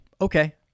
okay